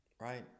right